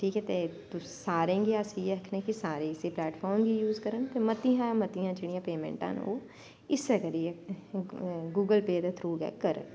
ठीक ऐ ते अस सारें गी इयै आखने आं कि सारे इस्सै प्लेटफार्म गी यूज करन ते मतियें शा मतियां जेह्ड़ियां पेमैंटा न ओह् इस्सै करियै गुगल पे दै थ्रू गै करन